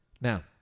Now